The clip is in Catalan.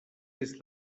des